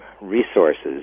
resources